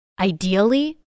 Ideally